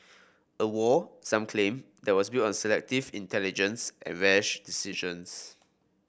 a war some claim that was built on selective intelligence and rash decisions